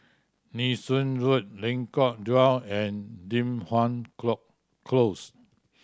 Nee Soon Road Lengkok Dua and Li Hwan Close